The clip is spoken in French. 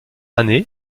année